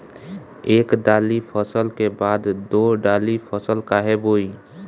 एक दाली फसल के बाद दो डाली फसल काहे बोई?